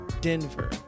Denver